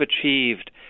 achieved